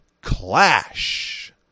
clash